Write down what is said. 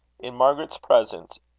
in margaret's presence,